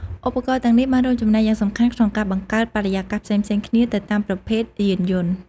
ឧបករណ៍ទាំងនេះបានរួមចំណែកយ៉ាងសំខាន់ក្នុងការបង្កើតបរិយាកាសផ្សេងៗគ្នាទៅតាមប្រភេទយានយន្ត។